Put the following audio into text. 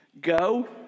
Go